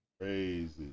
crazy